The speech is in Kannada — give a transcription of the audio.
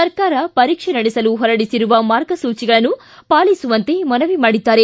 ಸರ್ಕಾರ ಪರೀಕ್ಷೆ ನಡೆಸಲು ಹೊರಡಿಸಿರುವ ಮಾರ್ಗಸೂಚಿಗಳನ್ನು ಪಾಲಿಸುವಂತೆ ಮನವಿ ಮಾಡಿದ್ದಾರೆ